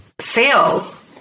sales